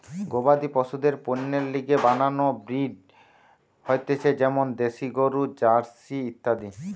গবাদি পশুদের পণ্যের লিগে নানান ব্রিড হতিছে যেমন দ্যাশি গরু, জার্সি ইত্যাদি